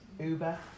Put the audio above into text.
Uber